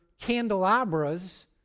candelabras